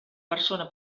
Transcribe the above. persona